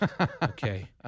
Okay